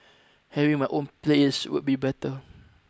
having my own place would be better